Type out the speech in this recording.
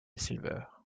silver